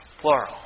Plural